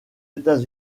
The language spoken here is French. états